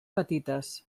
petites